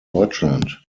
deutschland